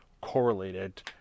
correlated